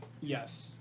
Yes